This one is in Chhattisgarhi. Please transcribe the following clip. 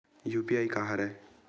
यू.पी.आई का हरय?